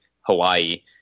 hawaii